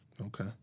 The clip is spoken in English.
Okay